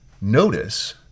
Notice